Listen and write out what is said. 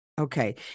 Okay